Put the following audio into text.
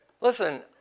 Listen